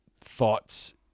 thoughts